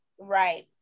Right